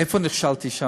איפה נכשלתי שם?